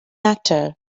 actor